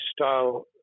style